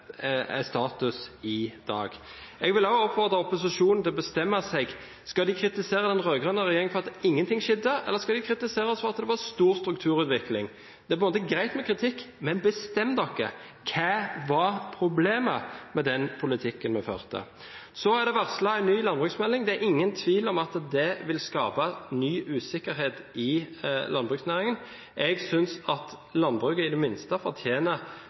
er status i dag. Jeg vil også oppfordre opposisjonen til å bestemme seg: Skal de kritisere den rød-grønne regjeringen for at ingen ting skjedde, eller skal de kritisere den for at det var stor strukturutvikling? Det er på en måte greit med kritikk, men de må bestemme seg: Hva var problemet med den politikken vi førte? Det er varslet en ny landbruksmelding. Det er ingen tvil om at det vil skape ny usikkerhet i landbruksnæringen. Jeg synes at landbruket i det minste